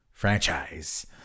franchise